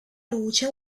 luce